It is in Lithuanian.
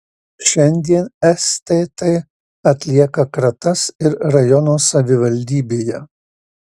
šiandien stt atlieka kratas ir rajono savivaldybėje